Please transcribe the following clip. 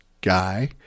guy